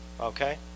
Okay